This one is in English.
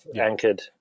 anchored